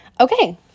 Okay